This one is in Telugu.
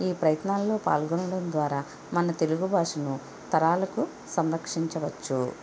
ఈ ప్రయత్నాల్లో పాల్గొనడం ద్వారా మన తెలుగు భాషను తరాలకు సంరక్షించవచ్చు